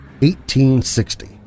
1860